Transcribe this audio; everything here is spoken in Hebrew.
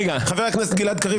חבר הכנסת גלעד קריב,